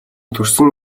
төрсөн